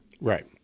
Right